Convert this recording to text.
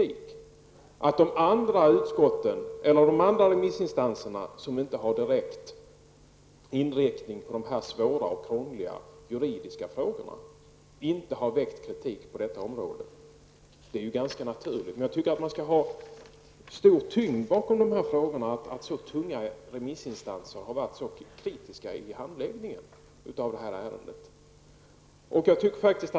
Att de andra remissinstanserna, som inte har en direkt inriktning på de här svåra och krångliga juridiska frågorna, inte har väckt kritik på detta område är ganska naturligt. Men jag tycker att det väger tungt att så betydelsefulla remissinstanser i de här frågorna har varit så kritiska mot handläggningen av ärendet.